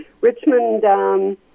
Richmond—